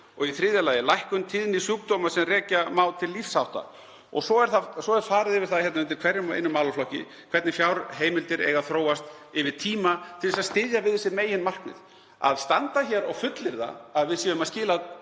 Og í þriðja lagi lækkun tíðni sjúkdóma sem rekja má til lífshátta. Svo er farið yfir það undir hverjum og einum málaflokki hvernig fjárheimildir eiga þróast yfir tíma til að styðja við þessi meginmarkmið. Að standa hér og fullyrða að við séum að skila